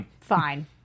Fine